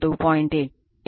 8